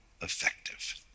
effective